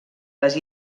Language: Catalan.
les